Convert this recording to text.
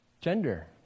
gender